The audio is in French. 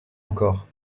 encore